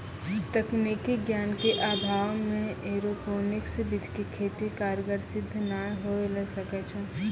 तकनीकी ज्ञान के अभाव मॅ एरोपोनिक्स विधि के खेती कारगर सिद्ध नाय होय ल सकै छो